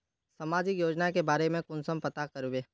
सामाजिक योजना के बारे में कुंसम पता करबे?